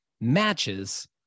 matches